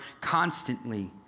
constantly